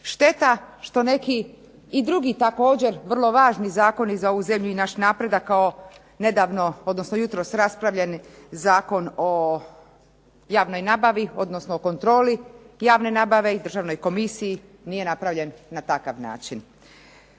Šteta to neki i drugi također vrlo važni zakoni za ovu zemlju i naš napredak kao nedavno odnosno jutros raspravljani Zakon o javnoj nabavi odnosno o kontroli javne nabave i državnoj komisiji nije napravljen na takav način.